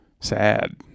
sad